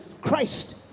Christ